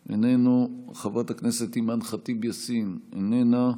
איננו, חבר הכנסת אימאן ח'טיב יאסין, איננה.